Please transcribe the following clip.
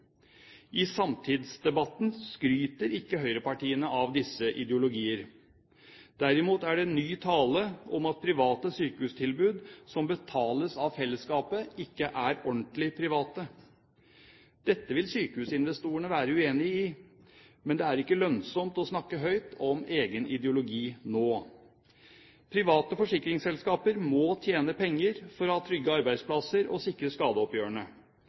I samtidsdebatten skryter ikke høyrepartiene av disse ideologier. Derimot er det ny tale om at private sykehustilbud som betales av fellesskapet, ikke er ordentlig private. Dette vil sykehusinvestorene være uenige i. Men det er ikke lønnsomt å snakke høyt om egen ideologi nå. Private forsikringsselskaper må tjene penger for å ha trygge arbeidsplasser og sikre skadeoppgjørene.